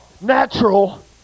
natural